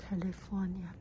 California